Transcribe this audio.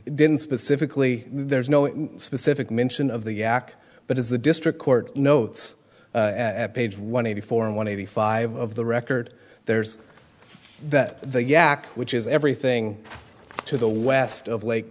didn't specifically there's no specific mention of the jack but as the district court notes page one eighty four and one eighty five of the record there's that the yak which is everything to the west of